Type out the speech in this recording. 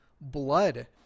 blood